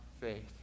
faith